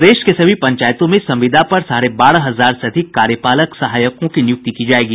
प्रदेश के सभी पंचायतों में संविदा पर साढ़े बारह हजार से अधिक कार्यपालक सहायकों की नियुक्ति की जायेगी